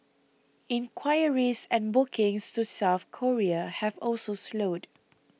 inquiries and bookings to South Korea have also slowed